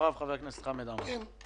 ואחריו חבר הכנסת חמד עמאר.